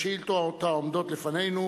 והשאילתות העומדות לפנינו